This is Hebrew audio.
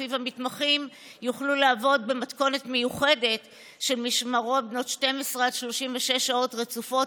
שלפיו המתמחים יעבדו במתכונת מיוחדת של משמרות בנות 12 36 שעות רצופות,